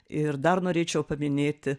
ir dar norėčiau paminėti